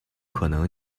可能